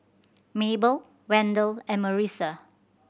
Mabell Wendel and Marissa